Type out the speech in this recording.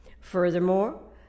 Furthermore